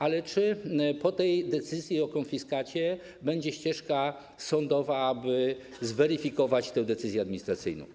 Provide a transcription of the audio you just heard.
Ale czy po tej decyzji o konfiskacie będzie możliwa ścieżka sądowa, aby zweryfikować te decyzje administracyjne?